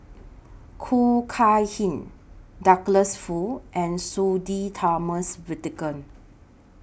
Khoo Kay Hian Douglas Foo and Sudhir Thomas Vadaketh